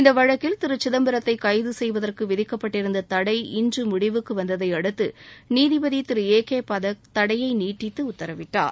இந்த வழக்கில் திரு சிதம்பரத்தை கைது செய்வதற்கு விதிக்கப்பட்டிருந்த தடை இன்று முடிவுக்கு வந்ததையடுத்து நீதிபதி திரு ஏ கே பதக் தடையை நீட்டித்து உத்தரவிட்டார்